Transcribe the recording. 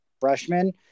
freshman